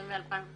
זה מ-2015.